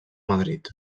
madrid